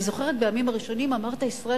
אני זוכרת שבימים הראשונים אמרת: ישראל